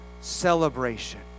celebration